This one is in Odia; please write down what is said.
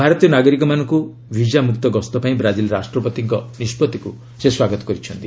ଭାରତୀୟ ନାଗରିକମାନଙ୍କୁ ବିଜାମୁକ୍ତ ଗସ୍ତ ପାଇଁ ବ୍ରାଜିଲ ରାଷ୍ଟ୍ରପତିଙ୍କ ନିଷ୍ପଭିକୁ ସେ ସ୍ୱାଗତ କରିଛନ୍ତି